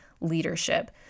leadership